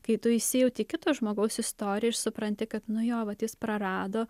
kai tu įsijauti į kito žmogaus istoriją ir supranti kad nu jo vat jis prarado